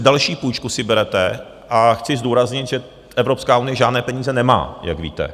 další půjčku si berete a chci zdůraznit, že Evropská unie žádné peníze nemá, jak víte.